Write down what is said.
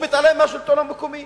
הוא מתעלם מהשלטון המקומי